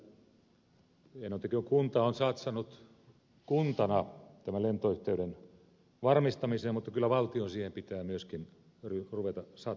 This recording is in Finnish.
enontekiön kunta on satsannut kuntana lentoyhteyden varmistamiseen mutta kyllä valtion siihen pitää myöskin ruveta satsaamaan